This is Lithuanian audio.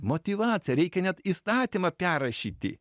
motyvacija reikia net įstatymą perrašyti